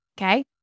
Okay